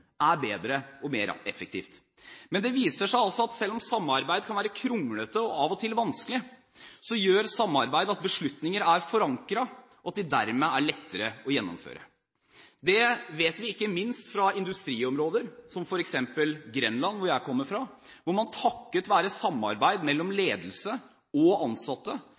er bedre og mer effektivt. Men det viser seg at selv om samarbeid kan være kronglete og av og til vanskelig, gjør samarbeid at beslutninger er forankret, og at de dermed er lettere å gjennomføre. Dette vet vi ikke minst fra industriområder, som f.eks. Grenland, hvor jeg kommer fra. Her har man, takket være samarbeid mellom ledelse og ansatte,